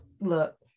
look